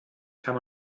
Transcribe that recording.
kann